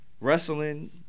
Wrestling